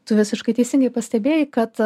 tu visiškai teisingai pastebėjai kad